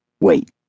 Wait